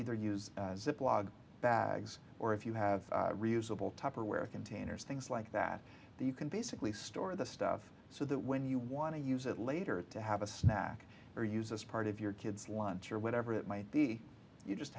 either use as a blog bags or if you have reusable tupperware containers things like that that you can basically store the stuff so that when you want to use it later to have a snack or use as part of your kid's lunch or whatever it might be you just